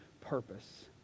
purpose